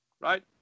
Right